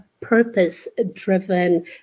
purpose-driven